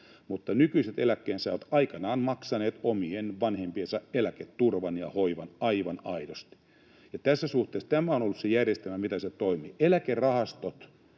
Mutta nykyiset eläkkeensaajat ovat aikanaan maksaneet omien vanhempiensa eläketurvan ja hoivan aivan aidosti. Tässä suhteessa tämä on ollut se järjestelmä, miten se toimii. Eläkerahastot: